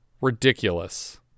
ridiculous